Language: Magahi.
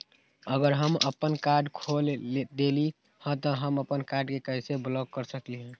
अगर हम अपन कार्ड खो देली ह त हम अपन कार्ड के कैसे ब्लॉक कर सकली ह?